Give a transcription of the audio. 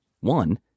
One